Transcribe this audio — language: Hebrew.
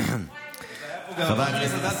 הייתי אומרת,